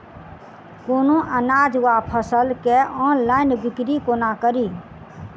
कोनों अनाज वा फसल केँ ऑनलाइन बिक्री कोना कड़ी?